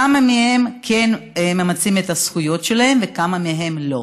כמה מהם כן ממצים את הזכויות שלהם וכמה מהם לא.